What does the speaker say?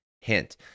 Hint